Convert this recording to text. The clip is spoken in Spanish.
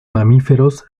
mamíferos